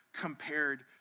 compared